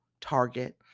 target